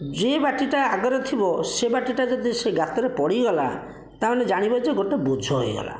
ଯେଉଁ ବାଟିଟା ଆଗରେ ଥିବ ସେ ବାଟିଟା ଯଦି ସେ ଗାତରେ ପଡ଼ିଗଲା ତା' ମାନେ ଜାଣିବ ଯେ ଗୋଟିଏ ବୋଝ ହୋଇଗଲା